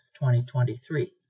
2023